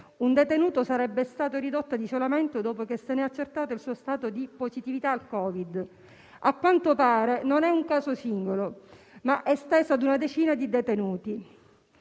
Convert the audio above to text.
un detenuto sarebbe stato ridotto in isolamento dopo che ne è accertato lo stato di positività al Covid. A quanto pare, non è un caso singolo, ma coinvolge una decina di detenuti.